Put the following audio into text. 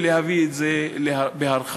ולהביא את זה בהרחבה.